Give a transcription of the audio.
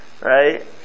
Right